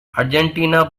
argentina